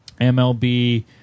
MLB